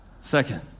Second